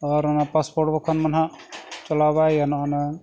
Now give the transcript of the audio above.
ᱟᱵᱟᱨ ᱚᱱᱟ ᱵᱟᱠᱷᱟᱱ ᱢᱟ ᱱᱟᱦᱟᱜ ᱪᱟᱞᱟᱣ ᱵᱟᱭ ᱜᱟᱱᱚᱜ ᱱᱟᱦᱟᱜ